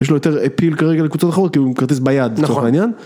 יש לו יותר אפיל כרגע לקבוצות אחרות כי הוא עם כרטיס ביד, לצורך העניין